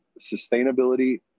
sustainability